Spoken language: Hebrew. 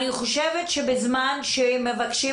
בזמן שמבקשים